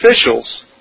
officials